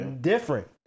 Different